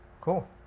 Cool